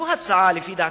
לפי דעתי,